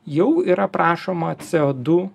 jau yra prašoma co du